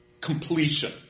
completion